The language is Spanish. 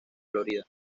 florida